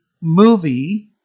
movie